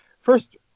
First